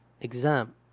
exam